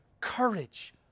courage